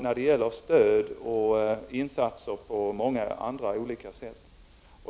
när det gäller stöd och insatser och på många andra olika sätt.